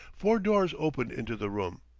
four doors opened into the room,